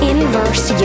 Inverse